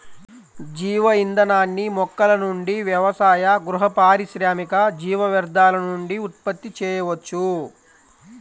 జీవ ఇంధనాన్ని మొక్కల నుండి వ్యవసాయ, గృహ, పారిశ్రామిక జీవ వ్యర్థాల నుండి ఉత్పత్తి చేయవచ్చు